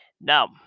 Now